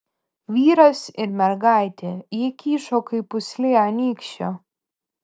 vyras ir mergaitė jie kyšo kaip pūslė ant nykščio